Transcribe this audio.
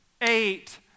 eight